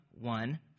one